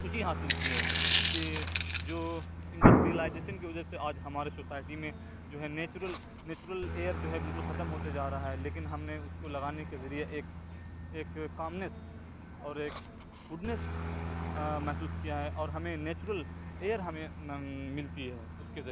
خوشی حاصل کی ہے کہ جو انڈسٹریلائجیسن کی وجہ سے آج ہمارے سوسائٹی میں جو ہے نیچرل نیچرل ایئر جو ہے بالکل ختم ہوتے جا رہا ہے لیکن ہم نے اس کو لگانے کے ذریعے ایک ایک کامنیس اور ایک گوڈنیس محسوس کیا ہے اور ہمیں نیچرل ایئر ہمیں ملتی ہے اس کے ذریعے